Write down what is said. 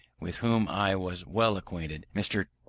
with whom i was well acquainted, mr.